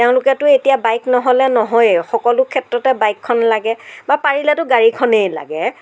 তেওঁলোকেতো এতিয়া বাইক নহ'লে নহ'য়েই সকলো ক্ষেত্ৰতে বাইকখন লাগে বা পাৰিলেতো গাড়ীখনেই লাগে